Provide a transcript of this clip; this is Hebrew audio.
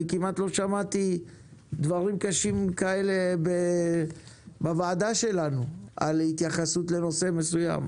כמעט לא שמעתי דברים קשים כאלה בוועדה שלנו בהתייחסות לנושא מסוים.